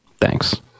thanks